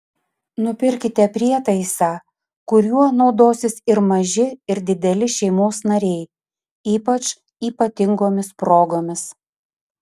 nupirkite prietaisą kuriuo naudosis ir maži ir dideli šeimos nariai ypač ypatingomis progomis